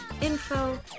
info